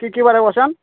কী কী বারে বসেন